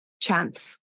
chance